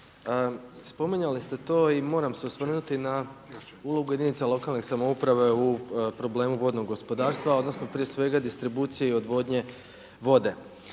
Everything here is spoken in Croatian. spominjali ste to i moram se osvrnuti na ulogu jedinice lokalne samouprave u problemu vodnog gospodarstva, odnosno prije svega distribucije i odvodnje vode.